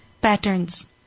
patterns